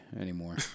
anymore